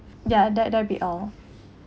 ya that that'll be all